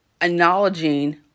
acknowledging